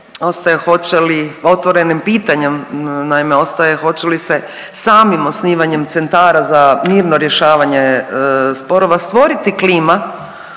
ostaje hoće li, otvorenim pitanjem naime ostaje hoće li se samim osnivanjem centara za mirno rješavanje sporova stvoriti klima